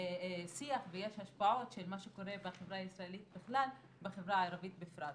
שיח ויש השפעות של מה שקורה בחברה הישראלית בכלל ובחברה הערבית בפרט.